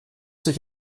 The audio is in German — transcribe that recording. durch